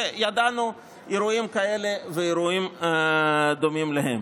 וידענו אירועים כאלה ואירועים דומים להם.